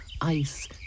ice